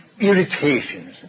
irritations